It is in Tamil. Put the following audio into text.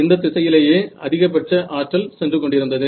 இந்த திசையிலேயே அதிகபட்ச ஆற்றல் சென்று கொண்டிருந்தது